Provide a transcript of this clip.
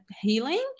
healing